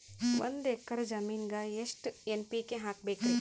ಒಂದ್ ಎಕ್ಕರ ಜಮೀನಗ ಎಷ್ಟು ಎನ್.ಪಿ.ಕೆ ಹಾಕಬೇಕರಿ?